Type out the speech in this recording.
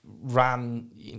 ran